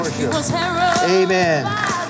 Amen